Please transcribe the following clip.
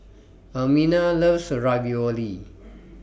Ermina loves Ravioli